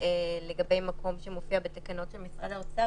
לגבי מקום שמופיע בתקנות של משרד האוצר,